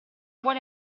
vuole